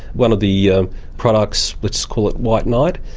one of the products, let's call it white knight,